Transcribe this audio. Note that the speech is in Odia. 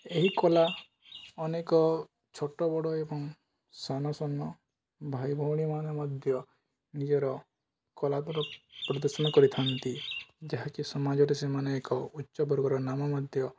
ଏହି କଳା ଅନେକ ଛୋଟ ବଡ଼ ଏବଂ ସାନ ସାନ ଭାଇ ଭଉଣୀମାନେ ମଧ୍ୟ ନିଜର କଳାର ପ୍ରଦର୍ଶନ କରିଥାନ୍ତି ଯାହାକି ସମାଜରେ ସେମାନେ ଏକ ଉଚ୍ଚ ବର୍ଗର ନାମ ମଧ୍ୟ